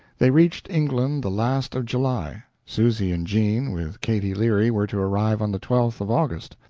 they reached england the last of july. susy and jean, with katy leary, were to arrive on the twelfth of august.